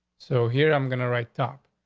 so here, i'm gonna write top.